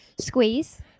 Squeeze